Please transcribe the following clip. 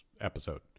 episode